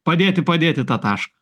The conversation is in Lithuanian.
padėti padėti tą tašką